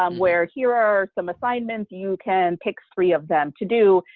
um where here are some assignments, you can pick three of them to do,